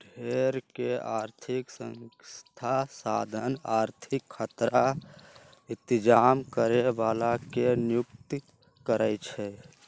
ढेरेक आर्थिक संस्था साधन आर्थिक खतरा इतजाम करे बला के नियुक्ति करै छै